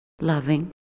loving